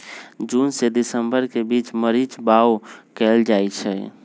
जून से दिसंबर के बीच मरीच बाओ कएल जाइछइ